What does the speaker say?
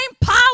power